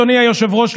אדוני היושב-ראש,